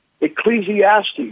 Ecclesiastes